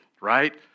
right